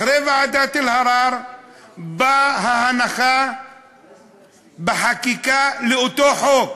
אחרי ועדת אלהרר באה ההנחה של אותו חוק.